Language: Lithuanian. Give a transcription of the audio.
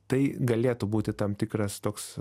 tai galėtų būti tam tikras toks